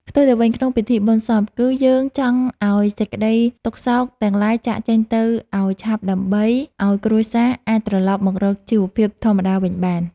ផ្ទុយទៅវិញក្នុងពិធីបុណ្យសព គឺ យើងចង់ឱ្យសេចក្តីទុក្ខសោកទាំងឡាយចាកចេញទៅឱ្យឆាប់ដើម្បីឱ្យគ្រួសារអាចត្រឡប់មករកជីវភាពធម្មតាវិញបាន។